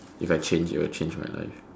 if I change it'll change my life